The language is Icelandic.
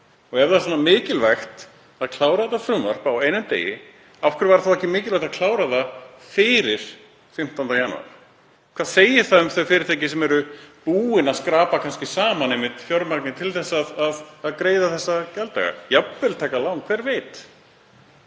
Ef það er svona mikilvægt að klára þetta frumvarp á einum degi, af hverju var þá ekki mikilvægt að klára það fyrir 15. janúar? Hvað segir það um þau fyrirtæki sem eru búin að skrapa saman fjármagni til að greiða þessa gjalddaga, jafnvel taka lán, hver veit?